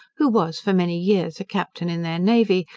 who was for many years a captain in their navy,